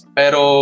pero